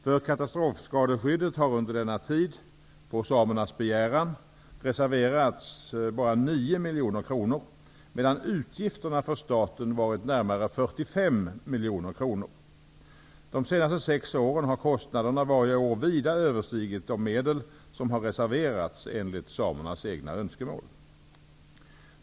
För katastrofskadeskyddet har under denna tid, på samernas begäran, reserverats endast nio miljoner kronor, medan utgifterna för staten varit närmare 45 miljoner kronor. De senaste sex åren har kostnaderna varje år vida överstigit de medel som har reserverats enligt samernas önskemål.